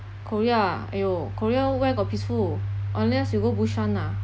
korea ah !aiyo! korea where got peaceful unless you go busan ah